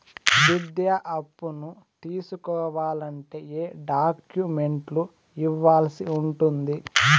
విద్యా అప్పును తీసుకోవాలంటే ఏ ఏ డాక్యుమెంట్లు ఇవ్వాల్సి ఉంటుంది